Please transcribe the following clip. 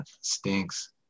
stinks